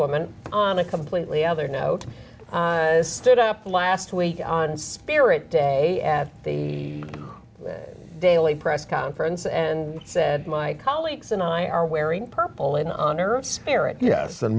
woman on a completely other note stood up last week on spirit day at the daily press conference and said my colleagues and i are wearing purple in honor of spirit yes